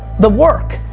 the work,